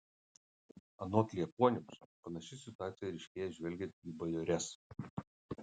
anot liepuoniaus panaši situacija ryškėja žvelgiant į bajores